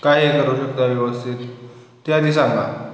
काय हे करू शकता व्यवस्थित ते आधी सांगा